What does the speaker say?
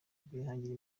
kwihangira